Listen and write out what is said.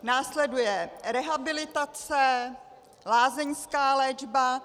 Následuje rehabilitace, lázeňská léčba.